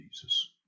Jesus